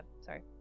Sorry